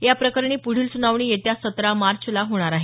याप्रकरणी प्रढील सुनावणी येत्या सतरा मार्चला होणार आहे